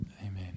Amen